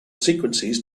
sequences